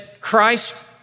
Christ